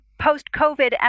post-COVID